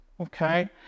okay